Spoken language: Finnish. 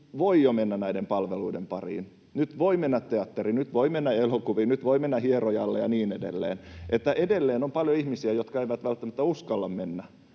voi jo mennä näiden palveluiden pariin, nyt voi mennä teatteriin, nyt voi mennä elokuviin, nyt voi mennä hierojalle ja niin edelleen. Edelleen on paljon ihmisiä, jotka eivät välttämättä uskalla mennä.